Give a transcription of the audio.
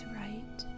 right